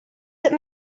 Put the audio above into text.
that